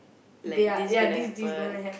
like this gonna happen